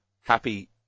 Happy